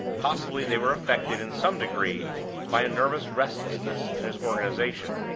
possibly they were affected in some degree by a nervous restlessness in his organization,